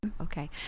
Okay